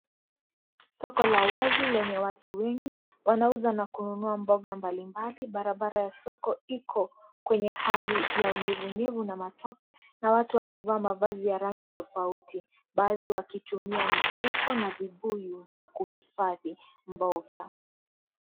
Soko la wazi lenye watu wengi, wanauza na kununua mboga mbali mbali barabara ya soko iko kwenye hali ya unyevu nyevu na matope na watu wamevaa mavazi ya rangi tofauti baadhi wakitumia mifuko na vibuyu vya kuhifadhi mboga.